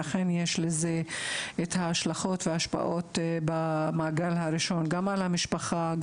ואכן יש לזה את ההשלכות ואת ההשפעות על המעגל הראשון גם על המשפחה,